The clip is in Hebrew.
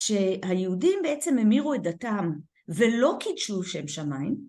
שהיהודים בעצם המירו את דתם ולא קידשו שם שמיים.